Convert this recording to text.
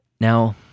now